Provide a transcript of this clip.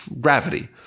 gravity